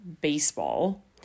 baseball